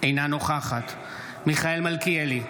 אינה נוכחת מיכאל מלכיאלי,